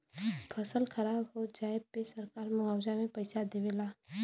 फसल खराब हो जाये पे सरकार मुआवजा में पईसा देवे ला